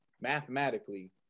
mathematically